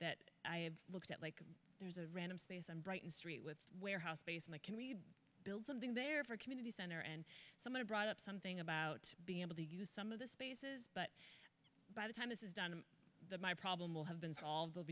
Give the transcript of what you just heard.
that i have looked at like there's a random space and brighton street with warehouse space in the can we build something there for a community center and somebody brought up something about being able to use some of the spaces but by the time this is done the my problem will have been solved